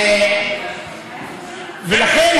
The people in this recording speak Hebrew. ולכן,